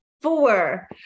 four